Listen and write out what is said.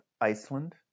Iceland